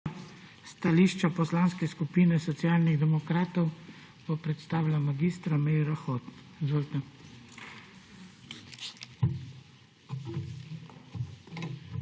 Stališče Poslanske skupine Socialnih demokratov bo predstavila mag. Meira Hot. Izvolite.